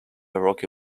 rocky